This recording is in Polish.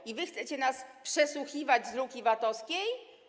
I wy chcecie nas przesłuchiwać z luki VAT-owskiej?